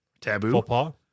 Taboo